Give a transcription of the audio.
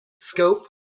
scope